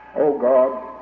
oh god,